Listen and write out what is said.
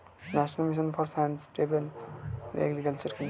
National mission for sustainable agriculture কি?